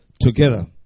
together